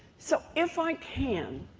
so if i can,